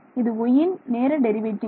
இது yயின் நேர டெரிவேட்டிவ்